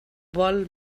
vol